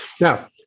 Now